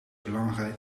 belangrijk